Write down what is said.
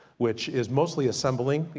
which is mostly assembling.